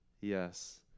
Yes